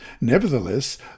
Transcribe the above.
Nevertheless